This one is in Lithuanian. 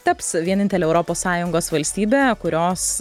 taps vienintele europos sąjungos valstybe kurios